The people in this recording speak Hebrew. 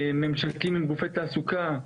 ממשקים עם גופי תעסוקה,